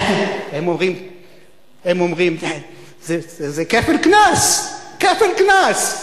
הם אומרים שזה כפל קנס, כפל קנס.